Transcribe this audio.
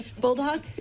bulldog